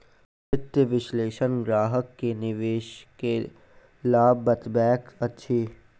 वित्तीय विशेलषक ग्राहक के निवेश के लाभ बतबैत अछि